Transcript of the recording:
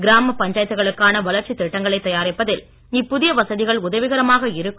கிராமப் பஞ்சாயத்துக்களுக்கான வளர்ச்சித் திட்டங்களைத் தயாரிப்பதில் இப்புதிய வசதிகள் உதவிகரமாக இருக்கும்